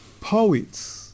poets